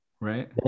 Right